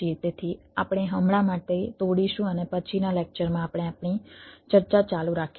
તેથી આપણે હમણાં માટે તોડીશું અને પછીના લેક્ચરમાં આપણે આપણી ચર્ચા ચાલુ રાખીશું